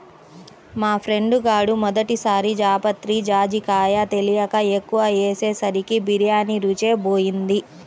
మా ఫ్రెండు గాడు మొదటి సారి జాపత్రి, జాజికాయ తెలియక ఎక్కువ ఏసేసరికి బిర్యానీ రుచే బోయింది